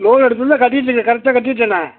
loan எடுத்திருந்தேன் கட்டிவிட்டேனே கரெக்டாக கட்டிவிட்டேனே